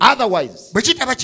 Otherwise